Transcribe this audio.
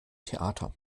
theater